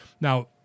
Now